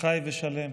חי ושלם.